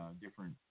different